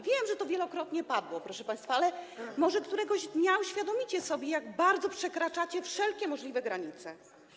Wiem, że to wielokrotnie padło, proszę państwa, ale może któregoś dnia uświadomicie sobie, jak bardzo przekraczacie wszelkie możliwe granice.